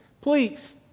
Please